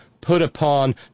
put-upon